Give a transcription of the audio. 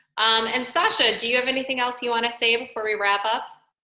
and sasha, do you have anything else you wanna say before we wrap up?